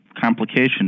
complications